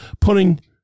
putting